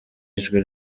ijwi